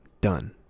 done